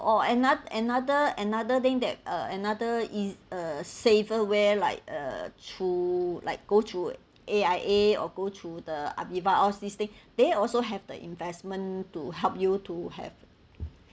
or ano~ another another thing that uh another is a safer where like uh through like go through A_I_A or go through the Aviva all these thing they also have the investment to help you to have